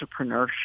entrepreneurship